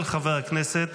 של חבר הכנסת